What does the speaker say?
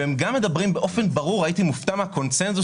הם גם מדברים באופן ברור הייתי מופתע מן הקונצנזוס